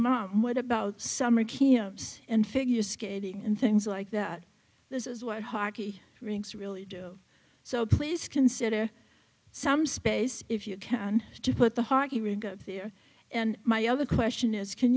mom what about summer camps and figure skating and things like that this is what hockey rinks really do so please consider some space if you can to put the hockey rink up here and my other question is can